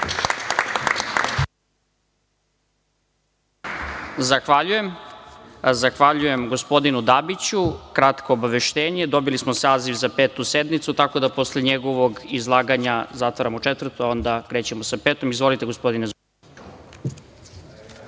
Krkobabić** Zahvaljujem gospodinu Dabiću. Kratko obaveštenje. Dobili smo saziv za Petu sednicu, tako da posle njegovog izlaganja zatvaramo Četvrtu, a onda krećemo sa Petom. Izvolite gospodine